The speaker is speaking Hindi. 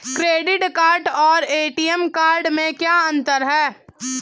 क्रेडिट कार्ड और ए.टी.एम कार्ड में क्या अंतर है?